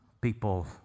People